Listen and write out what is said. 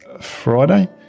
Friday